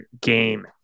game